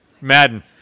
Madden